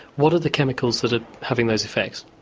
what are the chemicals that are having those effects?